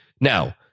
Now